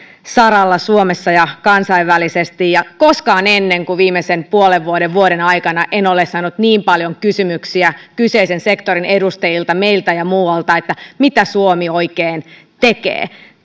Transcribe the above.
saralla suomessa ja kansainvälisesti ja koskaan ennen kuin viimeisen puolen vuoden vuoden aikana en ole saanut niin paljon kysymyksiä kyseisen sektorin edustajilta meiltä ja muualta että mitä suomi oikein tekee